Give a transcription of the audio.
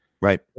right